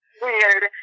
weird